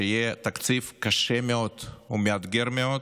שיהיה תקציב קשה מאוד ומאתגר מאוד,